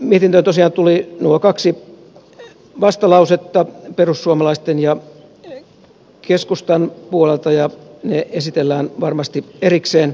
tähän mietintöön tosiaan tuli nuo kaksi vastalausetta perussuomalaisten ja keskustan puolelta ja ne esitellään varmasti erikseen